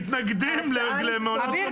המועצה לשלום הילד מתנגדים למעונות יום.